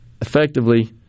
effectively